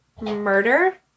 murder